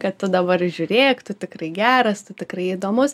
kad tu dabar žiūrėk tu tikrai geras tikrai įdomus